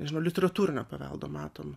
nežinau literatūrinio paveldo matom